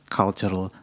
cultural